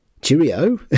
cheerio